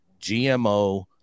GMO